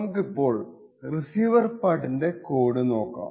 നമുക്കപ്പോൾ റിസീവർ പാർട്ടിന്റെ കോഡ് നോക്കാം